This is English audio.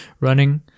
running